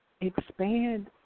expand